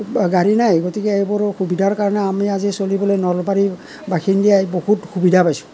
গাড়ী নাই গতিকে এইবোৰ সুবিধাৰ কাৰণে আমি চলিবলৈ নলবাৰীৰ বাসিন্দাই বহুত সুবিধা পাইছোঁ